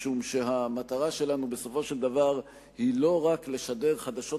משום שהמטרה שלנו בסופו של דבר היא לא רק לשדר חדשות